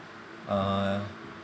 uh